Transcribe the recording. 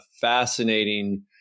fascinating